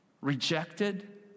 rejected